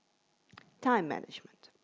time management.